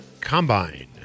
Combine